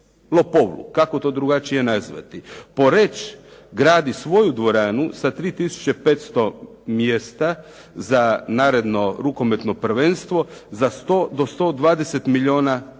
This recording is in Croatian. lopovluk, kako to drugačije nazvati. Poreč gradi svoju dvoranu sa 3500 mjesta za naredno rukometno prvenstvo za 100 do 120 milijuna kuna.